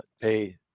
pay